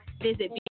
visit